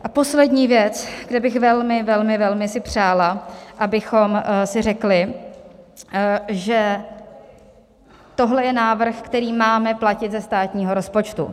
A poslední věc, kde bych velmi, velmi, velmi si přála, abychom si řekli, že tohle je návrh, který máme platit ze státního rozpočtu.